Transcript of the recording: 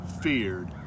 feared